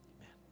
Amen